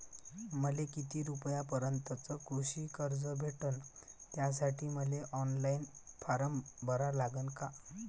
मले किती रूपयापर्यंतचं कृषी कर्ज भेटन, त्यासाठी मले ऑनलाईन फारम भरा लागन का?